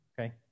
Okay